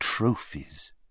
trophies